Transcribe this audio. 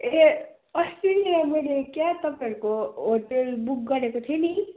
ए अस्ति नै मैले क्या तपाईँहरूको होटेल बुक गरेको थिएँ नि